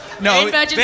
no